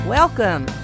Welcome